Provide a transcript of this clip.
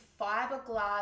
fiberglass